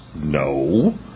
No